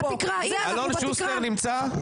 אלון שוסטר נמצא?